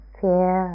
fear